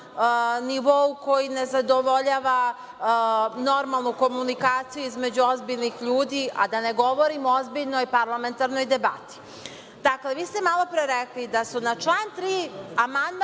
nivou koji ne zadovoljava normalnu komunikaciju između ozbiljnih ljudi, a da ne govorim o ozbiljnoj parlamentarnoj debati. Dakle, vi ste malopre rekli da su na član 3. amandman